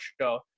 show